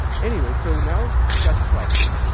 anyways, so now i've got the property.